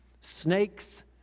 snakes